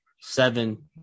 seven